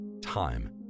Time